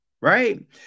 right